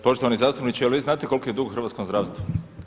Poštovani zastupniče je li vi znate koliki je dug u hrvatskom zdravstvu?